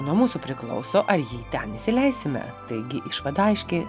nuo mūsų priklauso ar jį ten įsileisime taigi išvada aiški